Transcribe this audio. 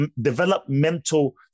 developmental